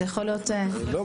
זה יכול להיות --- באמת,